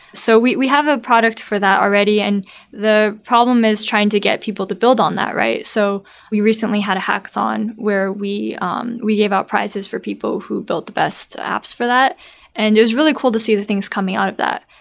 so we we have a product for that already and the problem is trying to get people to build on that right. so we recently had a hackathon where we um we gave out prizes for people who built the best apps for that and it was really cool to see the things coming out of that.